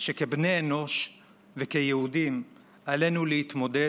שכבני אנוש וכיהודים עלינו להתמודד